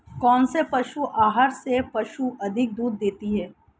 कौनसे पशु आहार से पशु अधिक दूध देते हैं?